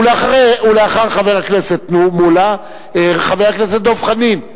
חבר הכנסת מולה, ואחריו, חבר הכנסת דב חנין.